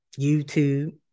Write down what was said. YouTube